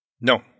No